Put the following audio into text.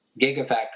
gigafactory